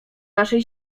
naszej